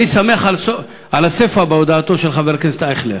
אני שמח על הסיפה בהודעתו של חבר הכנסת אייכלר,